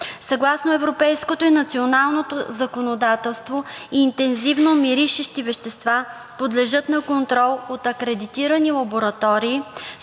съгласно европейското и националното законодателство интензивно миришещи вещества подлежат на контрол от акредитирани лаборатории